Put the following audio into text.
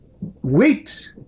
wait